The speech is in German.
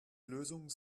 lösung